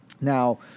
Now